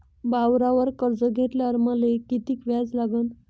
वावरावर कर्ज घेतल्यावर मले कितीक व्याज लागन?